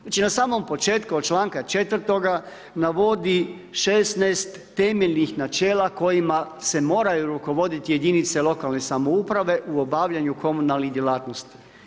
Znači na samom početku od članka 4. navodi 16 temeljnih načela kojima se moraju rukovoditi jedinice lokalne samouprave u obavljanju komunalnih djelatnosti.